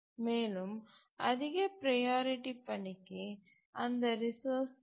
மேலும் அதிக ப்ரையாரிட்டி பணிக்கு அந்த ரிசோர்ஸ் தேவை